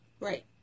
Right